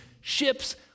ships